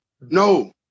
No